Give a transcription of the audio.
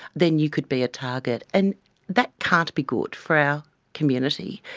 then you could be a target, and that can't be good for our community.